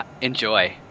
Enjoy